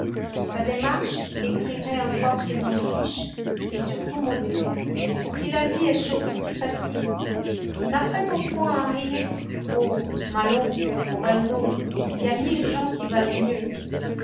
ta démarche aigrirait encore ces hommes riches et surtout modérés pour qui la vie est chose si facile n'apprêtons point à rire aux maslon aux valenod et à mille gens qui valent mieux